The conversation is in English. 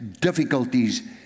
difficulties